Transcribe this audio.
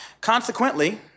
Consequently